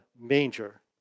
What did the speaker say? manger